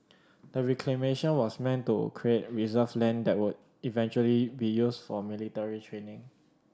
the reclamation was meant to create reserve land that would eventually be used for military training